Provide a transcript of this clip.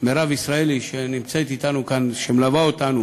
מירב ישראלי, שנמצאת אתנו כאן ומלווה אותנו